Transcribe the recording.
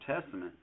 testament